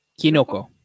Kinoko